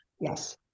Yes